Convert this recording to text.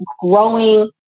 growing